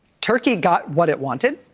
turkey got what it wanted.